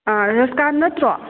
ꯔꯦꯁꯀꯥꯟ ꯅꯠꯇ꯭ꯔꯣ